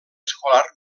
escolar